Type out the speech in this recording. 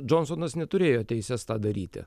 džonsonas neturėjo teisės tą daryti